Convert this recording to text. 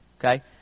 okay